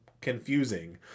confusing